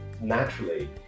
naturally